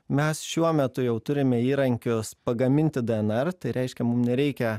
mes šiuo metu jau turime įrankius pagaminti dnr tai reiškia mum nereikia